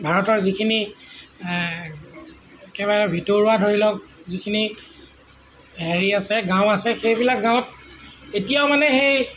ভাৰতৰ যিখিনি একেবাৰে ভিতৰুৱা ধৰি লওক যিখিনি হেৰি আছে গাঁও আছে সেইবিলাক গাঁৱত এতিয়াও মানে সেই